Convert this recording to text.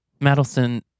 Madison